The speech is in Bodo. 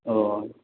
अ